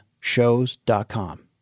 Shows.com